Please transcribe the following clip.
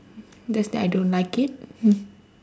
just that I don't like it